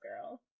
Girl